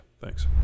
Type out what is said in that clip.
thanks